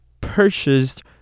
purchased